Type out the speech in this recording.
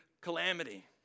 calamity